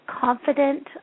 confident